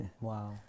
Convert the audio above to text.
Wow